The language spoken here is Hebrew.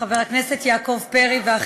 חבר הכנסת כהן.